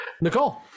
Nicole